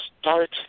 start